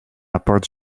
apart